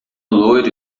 loiro